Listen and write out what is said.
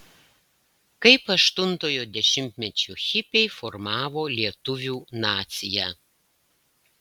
kaip aštuntojo dešimtmečio hipiai formavo lietuvių naciją